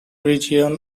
region